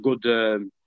good